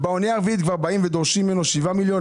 באוניה הרביעית דורשים ממנו 7 מיליון,